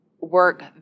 work